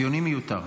הפיונים מיותר.